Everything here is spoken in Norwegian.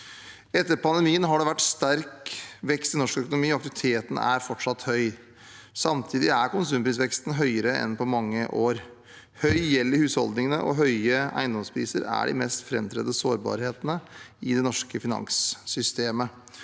Etter pandemien har det vært sterk vekst i norsk økonomi, og aktiviteten er fortsatt høy. Samtidig er konsumprisveksten høyere enn på mange år. Høy gjeld i husholdningene og høye eiendomspriser er de mest framtredende sårbarhetene i det norske finanssystemet.